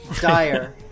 Dire